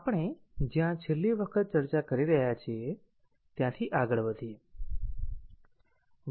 આપણે જ્યાં છેલ્લી વખત ચર્ચા કરી રહ્યા છીએ ત્યાંથી આગળ વધીએ